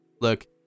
look